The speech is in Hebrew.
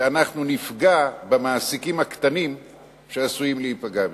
ואנחנו נפגע במעסיקים הקטנים שעשויים להיפגע מזה.